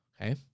Okay